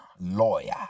lawyer